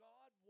God